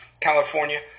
California